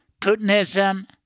putinism